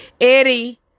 Eddie